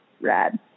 rad